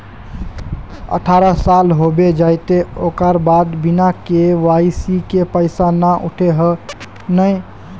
अठारह साल होबे जयते ओकर बाद बिना के.वाई.सी के पैसा न उठे है नय?